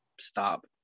stop